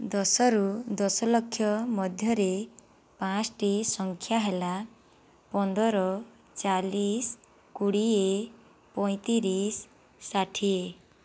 ଦଶ ରୁ ଦଶ ଲକ୍ଷ ମଧ୍ୟରେ ପାଞ୍ଚ୍ଟି ସଂଖ୍ୟା ହେଲା ପନ୍ଦର ଚାଲିଶ କୋଡ଼ିଏ ପଇଁତିରିଶ ଷାଠିଏ